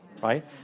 right